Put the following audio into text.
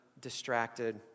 distracted